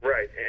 Right